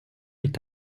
est